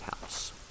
house